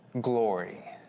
glory